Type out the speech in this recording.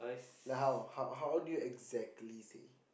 like how how how do you exactly say